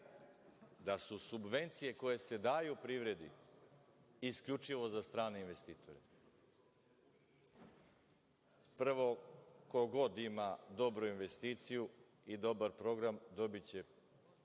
da su subvencije koje se daju privredi isključivo za strane investitore. Prvo, ko god ima dobru investiciju i dobar program, dobiće